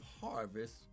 harvest